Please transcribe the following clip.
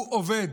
הוא עובד,